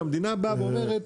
שהמדינה באה ואומרת,